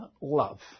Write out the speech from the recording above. love